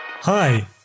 Hi